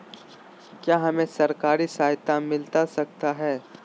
क्या हमे सरकारी सहायता मिलता सकता है?